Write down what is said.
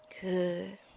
Good